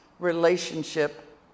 relationship